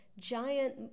giant